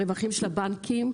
הרווחים של הבנקים,